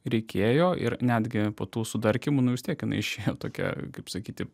reikėjo ir netgi po tų sudarkymų nu vis tiek jinai išėjo tokia kaip sakyti